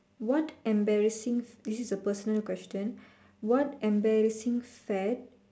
what embarrassing this is a personal question what embarrassing fad